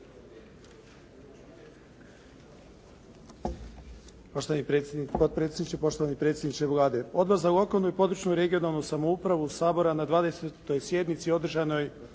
Poštovani potpredsjedniče, poštovani predsjedniče Vlade. Odbor za lokalnu i područnu regionalnu samoupravu Sabora na 20. sjednici održanoj